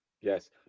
Yes